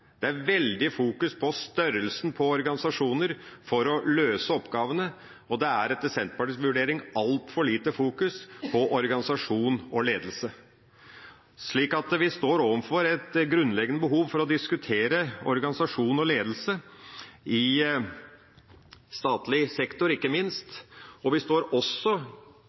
Det er veldig fokusering på størrelsen på organisasjoner for å løse oppgavene, og det er etter Senterpartiets vurdering altfor lite fokusering på organisasjon og ledelse. Vi står overfor et grunnleggende behov for å diskutere organisasjon og ledelse, ikke minst i statlig sektor, og vi står også